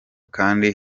kandi